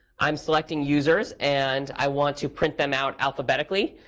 i'm selecting users and i want to print them out alphabetically,